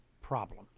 problem